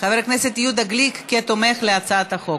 חבר הכנסת יהודה גליק, כתומך בהצעת החוק.